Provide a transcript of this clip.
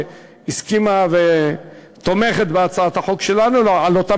שהסכימה ותומכת בהצעת החוק שלנו עם אותן